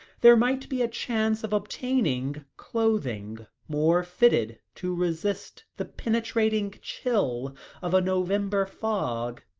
there might be a chance of obtaining clothing more fitted to resist the penetrating chill of a november fog.